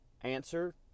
Answer